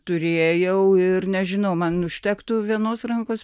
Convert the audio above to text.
turėjau ir nežinau man užtektų vienos rankos